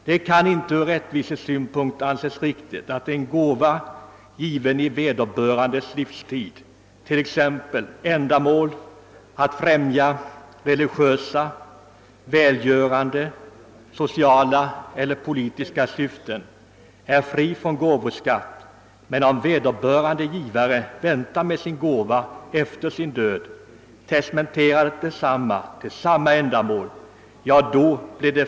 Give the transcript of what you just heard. Det kan inte ur rättvisesynpunkt anses riktigt att en gåva, given under vederbörandes livstid, som främjar religiösa, välgörande, sociala eller politiska syften, är fri från gåvoskatt, medan arvsskatt skall erläggas om vederbörande givare väntar med sin gåva och testamenterar den till samma ändamål.